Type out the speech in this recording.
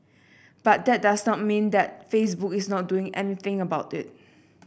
but that does not mean that Facebook is not doing anything about it